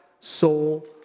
soul